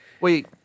Wait